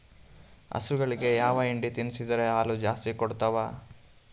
ಹಸುಗಳಿಗೆ ಯಾವ ಹಿಂಡಿ ತಿನ್ಸಿದರ ಹಾಲು ಜಾಸ್ತಿ ಕೊಡತಾವಾ?